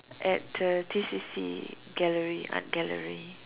at the T_C_C gallery art gallery